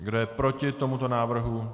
Kdo je proti tomuto návrhu?